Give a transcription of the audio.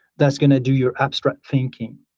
that's going to do your abstract thinking,